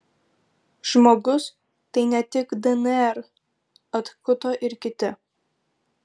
žmogus tai ne tik dnr atkuto ir kiti